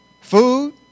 Food